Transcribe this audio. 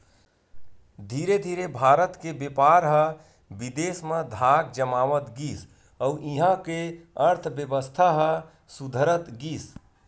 धीरे धीरे भारत के बेपार ह बिदेस म धाक जमावत गिस अउ इहां के अर्थबेवस्था ह सुधरत गिस